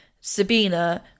Sabina